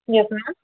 yes ma'am